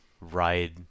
ride